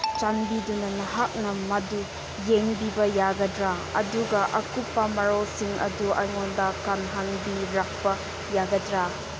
ꯆꯥꯟꯕꯤꯗꯨꯅ ꯅꯍꯥꯛꯅ ꯃꯗꯨ ꯌꯦꯡꯕꯤꯕ ꯌꯥꯒꯗ꯭ꯔꯥ ꯑꯗꯨꯒ ꯑꯀꯨꯞꯄ ꯃꯔꯣꯜꯁꯤꯡ ꯑꯗꯨ ꯑꯩꯉꯣꯟꯗ ꯈꯪꯍꯟꯕꯤꯔꯛꯄ ꯌꯥꯒꯗ꯭ꯔꯥ